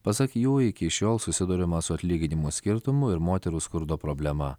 pasak jų iki šiol susiduriama su atlyginimų skirtumų ir moterų skurdo problema